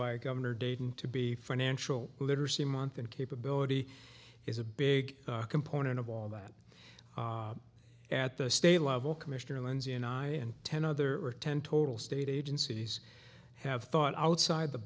by governor dayton to be a financial literacy month and capability is a big component of all that at the state level commissioner lindsay and i and ten other ten total state agencies have thought outside the